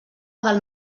del